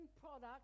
product